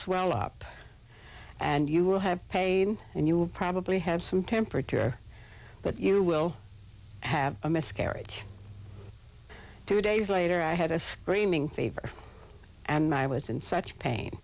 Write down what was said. swell up and you will have paid and you will probably have some temperature but you will have a miscarriage two days later i had this favor and i was in such pain